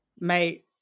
Mate